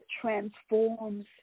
transforms